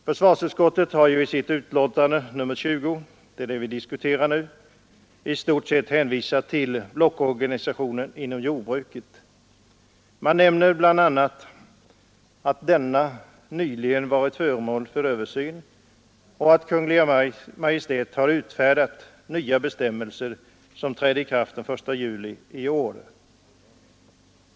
Försvarsutskottet har i sitt betänkande nr 20, det vi nu diskuterar, i stort sett hänvisat till blockorganisationen inom jordbruket. Utskottet nämner bl.a. att denna nyligen varit föremål för översyn och att Kungl. Maj:t har utfärdat nya bestämmelser, som trädde i kraft den 1 juli i år.